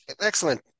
excellent